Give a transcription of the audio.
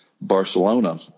Barcelona